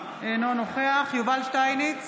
אינו נוכח יובל שטייניץ,